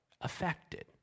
affected